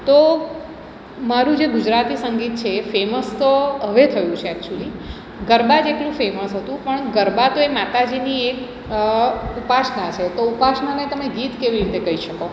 તો મારું જે ગુજરાતી સંગીત છે એ ફેમસ તો હવે થયું છે એકચુલી ગરબા જેટલું ફેમસ હતું પણ ગરબા તો એ માતાજીની એક ઉપાસના છે તો ઉપાસનાને તમે ગીત કેવી રીતે કહી શકો